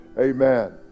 Amen